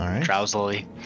drowsily